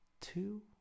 two